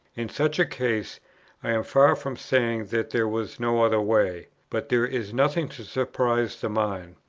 in such a case i am far from saying that there was no other way but there is nothing to surprise the mind,